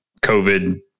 COVID